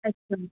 जास्वंद